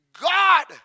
God